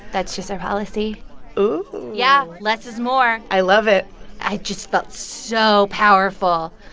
that's just our policy ooh yeah. less is more i love it i just felt so powerful.